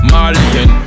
Malian